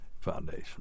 Foundation